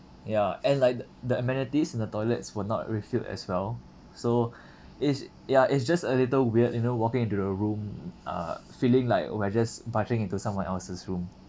ya and like the the amenities in the toilets were not refilled as well so it's ya it's just a little weird you know walking into the room uh feeling like we're just barging into someone else's room